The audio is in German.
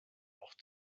auch